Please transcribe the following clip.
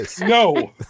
no